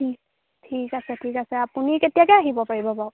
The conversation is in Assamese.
ঠিক আছে ঠিক আছে আপুনি কেতিয়াকৈ আহিব পাৰিব বাৰু